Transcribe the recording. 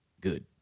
good